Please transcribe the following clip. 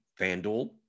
FanDuel